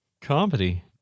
comedy